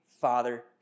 father